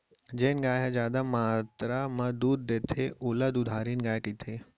जेन गाय ह जादा मातरा म दूद देथे ओला दुधारिन गाय कथें